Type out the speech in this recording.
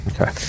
Okay